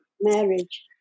marriage